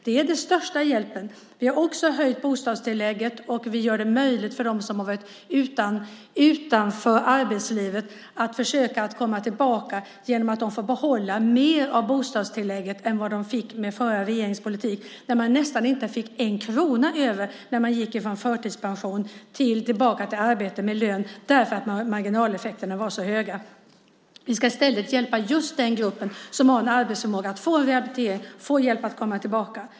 Det är den största hjälpen. Vi har också höjt bostadstillägget, och vi gör det möjligt för dem som har varit utanför arbetslivet att försöka komma tillbaka genom att de får behålla mer av detta bostadstillägg än de fick med den förra regeringens politik. De fick nästan inte en krona över när de gick från förtidspension tillbaka till arbete med lön därför att marginaleffekterna var så höga. Vi ska i stället hjälpa just den gruppen som har arbetsförmåga att rehabiliteras och komma tillbaka.